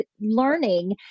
learning